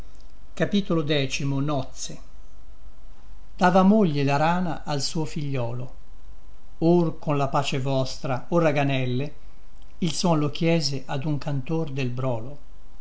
v dava moglie la rana al suo figliolo or con la pace vostra o raganelle suon lo chiese ad un cantor del brolo